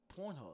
Pornhub